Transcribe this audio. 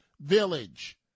Village